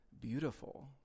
beautiful